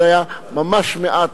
זה היה ממש מעט,